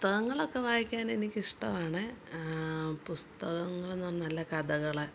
പുസ്തകങ്ങളൊക്കെ വായിക്കാൻ എനിക്ക് ഇഷ്ടവാണ് പുസ്തകങ്ങൾ എന്നാൽ നല്ല കഥകൾ